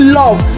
love